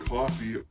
Coffee